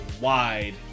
wide